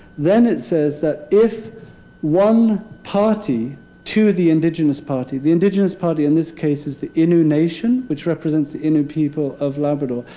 then it says that if one party to the indigenous party the indigenous party, in this case, is the innu nation, which represents the innu people of labrador.